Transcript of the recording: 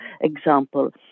example